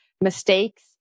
mistakes